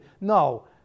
No